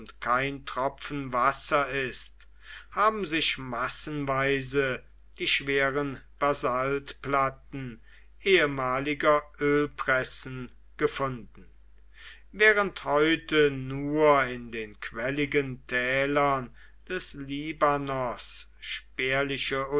kein tropfen wasser ist haben sich massenweise die schweren basaltplatten ehemaliger ölpressen gefunden während heute nur in den quelligen tälern des libanos